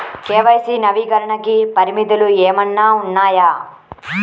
KYC నవీకరణకి పరిమితులు ఏమన్నా ఉన్నాయా?